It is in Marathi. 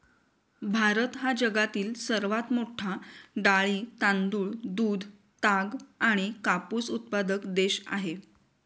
भारत हा जगातील सर्वात मोठा डाळी, तांदूळ, दूध, ताग आणि कापूस उत्पादक देश आहे